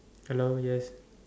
hello yes